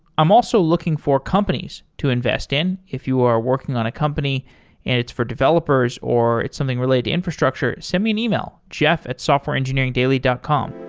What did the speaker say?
i'm also looking for companies to invest in. if you are working on a company and it's for developers or it's something related to infrastructure, send me an email, jeff at softwareengineeringdaily dot com.